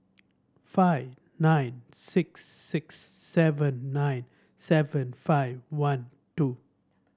five nine six six seven nine seven five one two